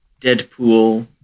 deadpool